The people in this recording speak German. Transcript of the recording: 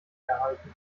herhalten